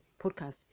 podcast